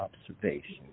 observation